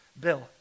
bill